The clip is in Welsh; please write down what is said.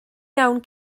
iawn